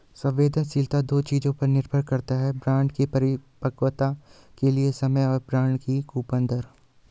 संवेदनशीलता दो चीजों पर निर्भर करती है बॉन्ड की परिपक्वता के लिए समय और बॉन्ड की कूपन दर